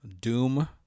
Doom